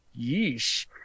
yeesh